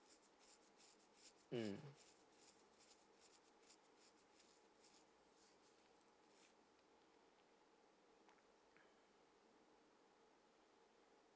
mm